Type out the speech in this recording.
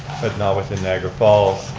but not within niagara falls.